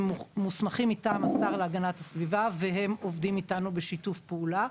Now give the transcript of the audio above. מוסמכים מטעם השר להגנת הסביבה והם עובדים איתנו בשיתוף פעולה.